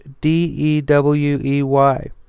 D-E-W-E-Y